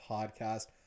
Podcast